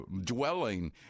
dwelling